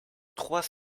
trois